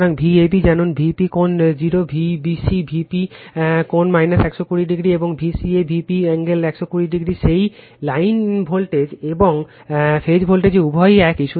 সুতরাং Vab জানুন Vp কোণ 0 Vbc Vp কোণ 120o এবং Vca Vp কোণ 120o সেই লাইন ভোল্টেজ এবং ফেজ ভোল্টেজ উভয়ই একই